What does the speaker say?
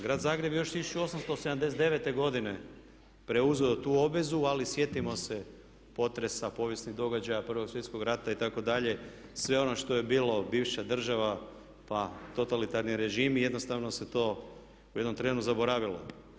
Grad Zagreb je još 1879. godine preuzeo tu obvezu ali sjetimo se potresa, povijesnih događaja, prvog svjetskog rata itd. sve ono što je bilo, bivša država, pa totalitarni režimi jednostavno se to u jednom trenu zaboravilo.